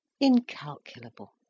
incalculable